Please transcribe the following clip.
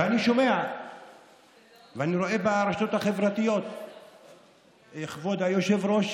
ואני שומע ואני רואה ברשתות החברתיות שכבוד היושב-ראש